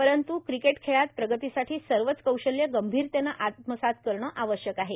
परंत् क्रिकेट खेळात प्रगतीसाठी सर्वच कौशल्य गंभीरतेनं आत्मसात करण आवश्यक आहे